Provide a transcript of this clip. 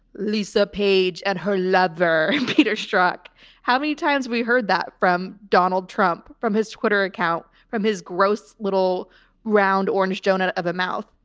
lisa page and her lover. peter struck how many times we heard that from donald trump, from his twitter account, from his gross little round orange donut of a mouth.